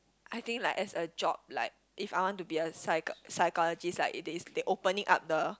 I think like as a job like if I want to be a psych~ psychologist like they is they opening up the